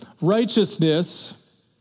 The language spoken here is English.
Righteousness